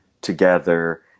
together